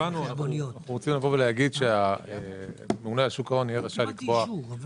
אנחנו רוצים להגיד שהממונה על שוק ההון יהיה רשאי לקבוע אמות